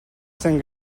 сайн